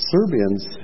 Serbians